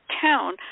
town